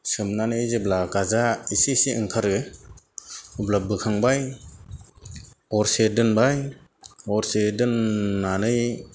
सोमनानै जेब्ला गाजा एसे एसे ओंखारो अब्ला बोखांबाय हरसे दोनबाय हरसे दोननानै